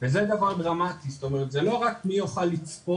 וזה דבר דרמטי, זאת אומרת זה לא רק מי יוכל לצפות,